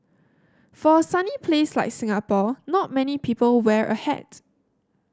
for a sunny place like Singapore not many people wear a hat